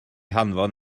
hanfon